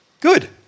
good